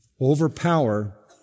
overpower